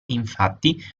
infatti